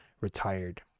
retired